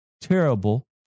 terrible